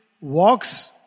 walks